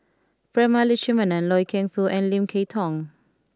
Prema Letchumanan Loy Keng Foo and Lim Kay Tong